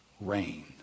rain